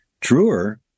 truer